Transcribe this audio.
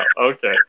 Okay